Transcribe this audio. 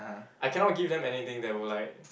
I cannot give them anything that will like